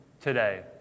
today